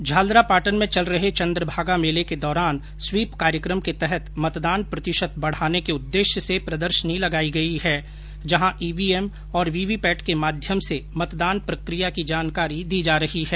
झालरापाटन में चल रहे चन्द्रभागा मेले के दौरान स्वीप कार्यक्रम के तहत मतदान प्रतिशत बढाने के उददेश्य से प्रदर्शनी लगाई गई है जहां ईवीएम और वीवीपैट के माध्यम से मतदान प्रकिया की जानकारी दी जा रही है